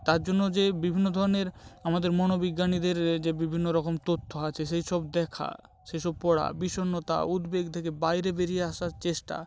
তার জন্য যে বিভিন্ন ধরনের আমদের মনোবিজ্ঞানীদের যে বিভিন্ন রকম তথ্য আছে সেই সব দেখা সেসব পড়া বিষণ্ণতা উদ্বেগ থেকে বাইরে বেরিয়ে আসার চেষ্টা